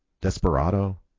desperado